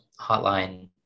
hotline